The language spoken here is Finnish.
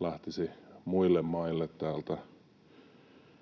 lähtisi muille maille täältä